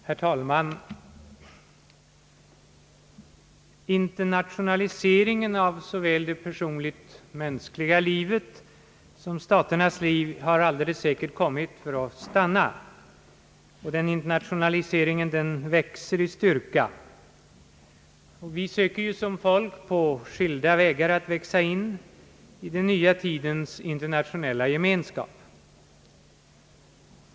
Herr talman! Internationaliseringen av såväl det personligt mänskliga livet som staternas liv har alldeles säkert kommit för att stanna. Den ökar i styrka, och vi söker ju som folk på skilda vägar att växa in i den nya tidens internationella gemenskap.